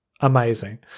amazing